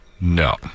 No